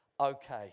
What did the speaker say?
okay